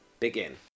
begin